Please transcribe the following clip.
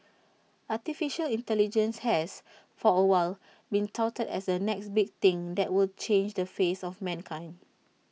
Artificial Intelligence has for A while been touted as A next big thing that will change the face of mankind